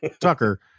Tucker